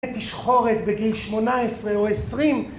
תשחורת בגיל 18 או 20